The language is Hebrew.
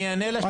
אני אענה לך.